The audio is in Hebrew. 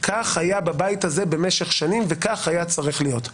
כי כך היה בבית הזה וכך היה צריך להיות.